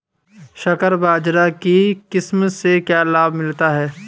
संकर बाजरा की किस्म से क्या लाभ मिलता है?